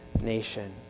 nation